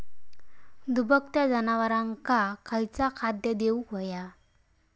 दुभत्या जनावरांका खयचा खाद्य देऊक व्हया?